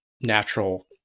natural